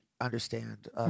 understand